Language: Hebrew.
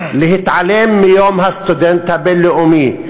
להתעלם מיום הסטודנט הבין-לאומי,